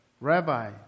Rabbi